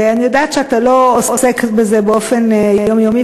אני יודעת שאתה לא עוסק בזה באופן יומיומי,